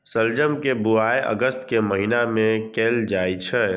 शलजम के बुआइ अगस्त के महीना मे कैल जाइ छै